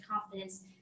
confidence